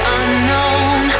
unknown